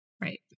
Right